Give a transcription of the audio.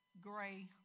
gray